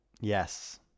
Yes